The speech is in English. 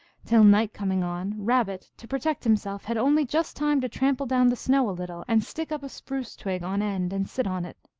till, night coming on, rabbit, to protect himself, had only just time to trample down the snow a little, and stick up a spruce twig on end and sit on it.